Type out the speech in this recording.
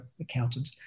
accountant